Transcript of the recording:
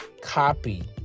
copy